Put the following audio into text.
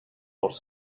dels